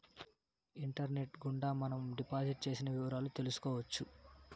internet గుండా మనం deposit చేసిన వివరాలు తెలుసుకోవచ్చు